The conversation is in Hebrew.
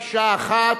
מקשה אחת,